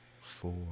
four